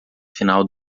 final